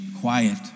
Quiet